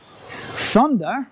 Thunder